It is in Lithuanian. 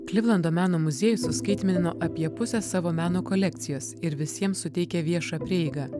klivlando meno muziejus suskaitmenino apie pusę savo meno kolekcijas ir visiems suteikė viešą prieigą